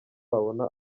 wabona